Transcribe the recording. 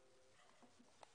בוקר טוב.